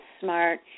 smart